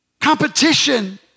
competition